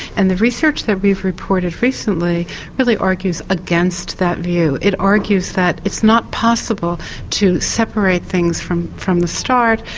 and the research that we've reported recently really argues against that view, it argues that it's not possible to separate things from from the start,